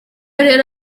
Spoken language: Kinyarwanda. rero